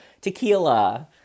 tequila